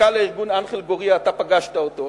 מזכ"ל הארגון, אנחל גורייה, אתה פגשת אותו.